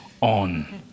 on